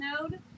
node